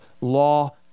law